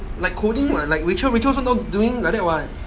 like coding [what] like rachel rachel also now doing like that [what]